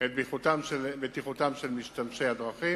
את בטיחותם של משתמשי הדרכים.